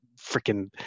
freaking